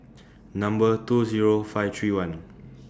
Number two Zero five three one